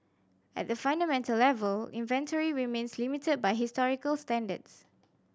at the fundamental level inventory remains limited by historical standards